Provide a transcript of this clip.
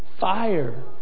fire